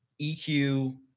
EQ